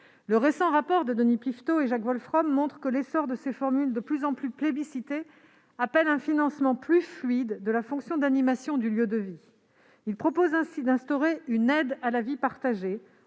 Le récent rapport de Denis Piveteau et Jacques Wolfrom montre que l'essor de ces formules de plus en plus plébiscitées appelle un financement plus fluide de la fonction d'animation du lieu de vie. Il propose ainsi d'instaurer une aide à la vie partagée,